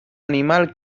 animal